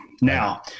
Now